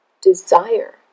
desire